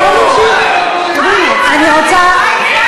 בואו נמשיך.